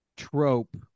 trope